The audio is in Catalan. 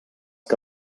que